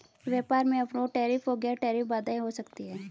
व्यापार में अवरोध टैरिफ और गैर टैरिफ बाधाएं हो सकती हैं